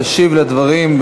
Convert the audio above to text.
תשיב על הדברים,